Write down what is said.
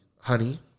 honey